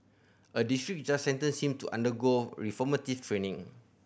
a district judge sentenced him to undergo reformative training